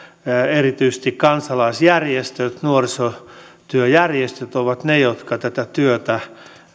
erityisesti kansalaisjärjestöt nuorisotyöjärjestöt ovat ne jotka tätä työtä